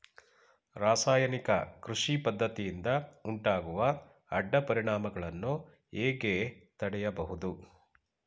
ರಾಸಾಯನಿಕ ಕೃಷಿ ಪದ್ದತಿಯಿಂದ ಉಂಟಾಗುವ ಅಡ್ಡ ಪರಿಣಾಮಗಳನ್ನು ಹೇಗೆ ತಡೆಯಬಹುದು?